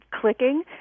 clicking